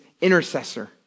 intercessor